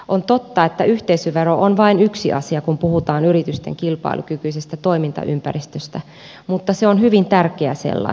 on totta että yhteisövero on vain yksi asia kun puhutaan yritysten kilpailukykyisestä toimintaympäristöstä mutta se on hyvin tärkeä sellainen